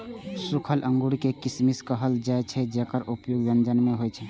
सूखल अंगूर कें किशमिश कहल जाइ छै, जेकर उपयोग व्यंजन मे होइ छै